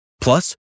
Plus